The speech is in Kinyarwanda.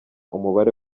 umubare